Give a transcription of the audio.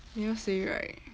they never say right